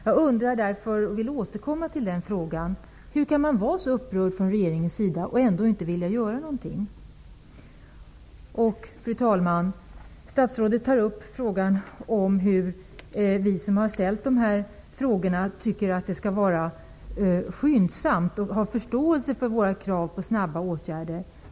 Jag undrar därför: Hur kan regeringen vara så upprörd och ändå inte vilja göra någonting? Jag upprepar den frågan. Fru talman! I svaret säger sig statsrådet ha förståelse för kraven från oss som har ställt de här frågorna att åtgärder skall vidtas skyndsamt.